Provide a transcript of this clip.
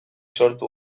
sortu